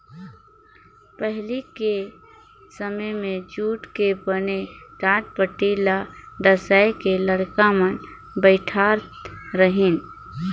पहिली के समें मे जूट के बने टाटपटटी ल डसाए के लइका मन बइठारत रहिन